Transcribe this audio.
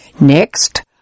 Next